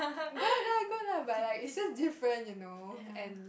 got lah got lah but like it's just different you know and